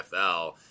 NFL